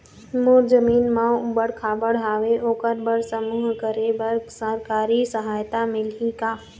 मोर जमीन म ऊबड़ खाबड़ हावे ओकर बर समूह करे बर सरकारी सहायता मिलही का?